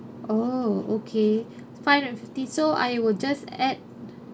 oh okay five hundred and fifty so I will just add